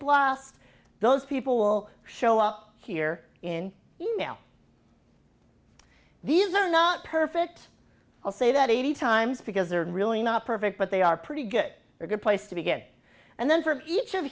lost those people show up here in email these are not perfect i'll say that eighty times because they're really not perfect but they are pretty good for a good place to begin and then for each of